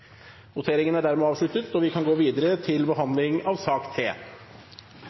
Voteringen er dermed avsluttet, og vi kan gå videre til behandling av sak